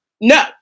no